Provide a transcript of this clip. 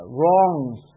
wrongs